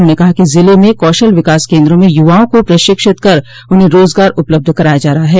उन्होंने कहा कि जिले में कौशल विकास केन्द्रों में युवाओं को प्रशिक्षित कर उन्हें रोजगार उपलब्ध कराया जा रहा है